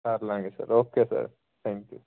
ਕਰਲਾਂਗੇ sir okay sir thank you